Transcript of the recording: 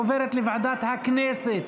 היא עוברת לוועדת הכנסת